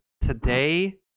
today